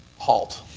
halt?